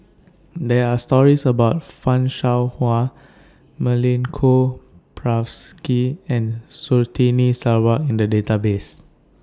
There Are stories about fan Shao Hua Milenko Prvacki and Surtini Sarwan in The Database